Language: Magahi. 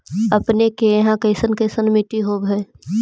अपने के यहाँ कैसन कैसन मिट्टी होब है?